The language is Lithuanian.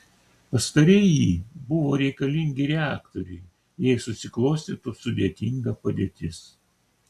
pastarieji buvo reikalingi reaktoriui jei susiklostytų sudėtinga padėtis